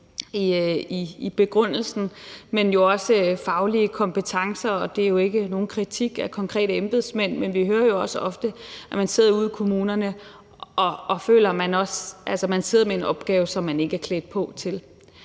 i begrundelsen – og jo også faglige kompetencer. Det er jo ikke nogen kritik af konkrete embedsmænd, men vi hører jo ofte, at man sidder ude i kommunerne med en opgave, som man ikke er klædt på til